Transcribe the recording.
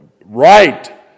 right